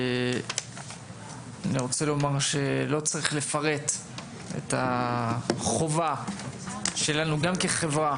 לא צריך לפרט את החובה שלנו כחברה